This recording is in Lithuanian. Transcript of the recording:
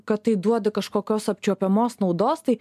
kad tai duoda kažkokios apčiuopiamos naudos tai